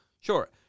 Sure